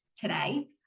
today